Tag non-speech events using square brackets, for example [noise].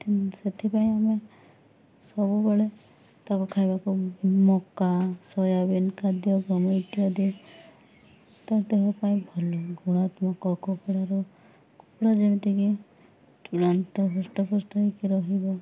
ତ ସେଥିପାଇଁ ଆମେ ସବୁବେଳେ ତାକୁ ଖାଇବାକୁ ମକା ସୋୟାବିିନ ଖାଦ୍ୟ ଗହମ ଇତ୍ୟାଦି ତା ଦେହ ପାଇଁ ଭଲ ଗୁଣାତ୍ମକ କୁକୁଡ଼ାର କୁକୁଡ଼ା ଯେମିତିକି [unintelligible] ହୃଷ୍ଟପୃଷ୍ଟ ହୋଇକି ରହିବ